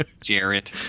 Jarrett